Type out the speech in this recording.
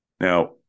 Now